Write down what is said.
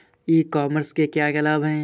ई commerce के क्या क्या लाभ हैं?